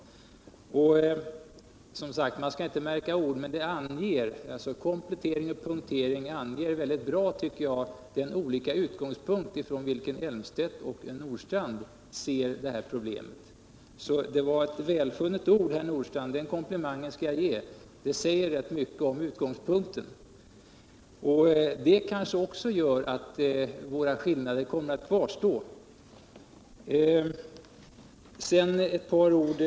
Man skall, som sagt, inte märka ord, men orden komplettering och punktering anger mycket bra de skilda utgångspunkter från vilka herrar Elmstedt och Nordstrandh ser problemet. Det var ett välfunnet ord, herr Nordstrandh, den komplimangen skall jag ge. Det säger rätt mycket om utgångspunkten, och med hänsyn till 113 dessa skilda utgångspunkter kanske också skillnaderna mellan oss kommer att kvarstå.